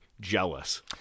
jealous